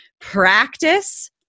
practice